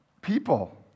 People